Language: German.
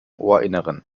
ohrinneren